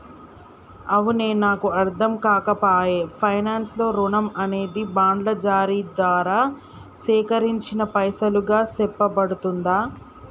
అవునే నాకు అర్ధంకాక పాయె పైనాన్స్ లో రుణం అనేది బాండ్ల జారీ దారా సేకరించిన పైసలుగా సెప్పబడుతుందా